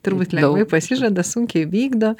turbūt lengvai pasižada sunkiai vykdo